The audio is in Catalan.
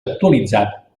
actualitzat